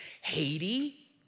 Haiti